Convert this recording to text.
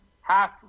Half